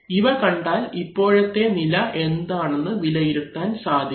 ഇവ കണ്ടാൽ ഇപ്പോഴത്തെ നില എന്താണെന്ന് വിലയിരുത്താൻ സാധിക്കും